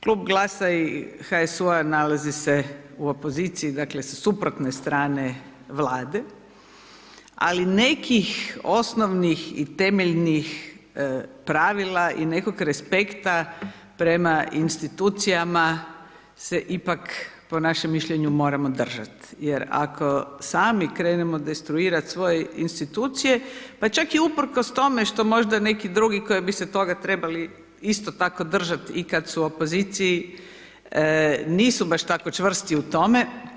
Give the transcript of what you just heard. Klub GLAS-a i HSU-a nalazi se u opoziciji suprotne strane vlade, ali nekih osnovnih i temeljnih pravila i nekog respekta prema institucijama se ipak po našem mišljenju moramo držati, jer ako sami krenemo destruirati svoje institucije, pa čak i usprkos tome, što možda neki drugi koji bi se toga trebali isto tako držati, i kada su u opoziciji, nisu baš tako čvrsti u tome.